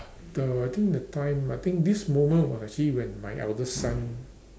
the I think the time I think this moment was actually when my eldest son